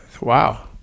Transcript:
Wow